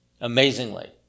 Amazingly